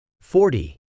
forty